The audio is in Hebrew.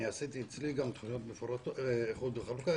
אני עשיתי גם אצלי איחוד וחלוקה.